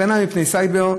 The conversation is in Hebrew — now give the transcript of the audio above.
הגנה מפני סייבר,